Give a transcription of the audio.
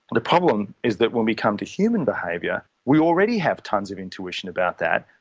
the problem is that when we come to human behaviour we already have tonnes of intuition about that,